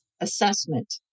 assessment